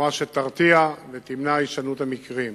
בצורה שתרתיע ותמנע הישנות המקרים.